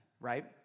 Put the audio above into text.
right